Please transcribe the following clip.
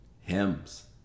hymns